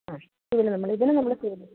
അ ഇതിന് നമ്മൾ ഇതിന് നമ്മൾ സിബിൽ